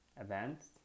events